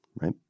right